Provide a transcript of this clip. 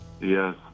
Yes